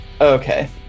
Okay